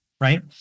right